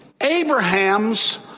Abraham's